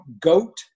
goat